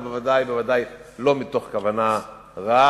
אבל בוודאי ובוודאי לא מתוך כוונה רעה,